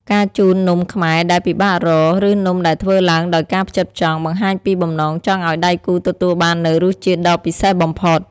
ការជូននំខ្មែរដែលពិបាករក ឬនំដែលធ្វើឡើងដោយការផ្ចិតផ្ចង់ បង្ហាញពីបំណងចង់ឱ្យដៃគូទទួលបាននូវរសជាតិដ៏ពិសេសបំផុត។